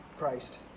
Christ